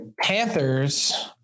panthers